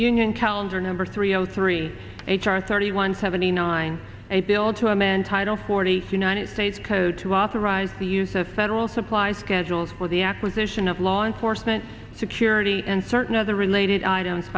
union calendar number three zero three h r thirty one seventy nine a bill to a man title forty united states code to authorize the use of federal supply schedules for the act vision of law enforcement security and certain other related items